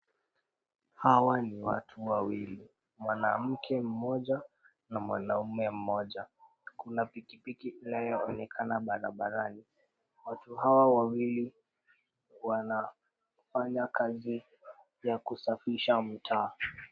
Hawa ni watu wawili, mwanamke mmoja na mwanaume mmoja. Kuna pikipiki inayo onekana barabarani. Watu hawa wawili wanafanya kazi ya kusafisha mtaa.